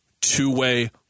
two-way